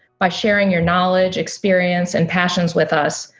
by sharing your knowledge experience and passions with us.